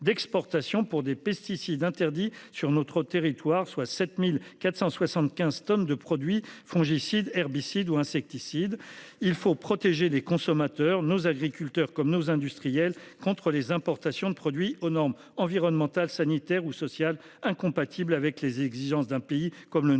d'exportation pour des pesticides interdits sur notre territoire, soit 7475 tonnes de produits fongicides, herbicides ou insecticides. Il faut protéger les consommateurs, nos agriculteurs comme nos industriels contre les importations de produits aux normes environnementales, sanitaires ou sociales incompatible avec les exigences d'un pays comme le nôtre ou d'un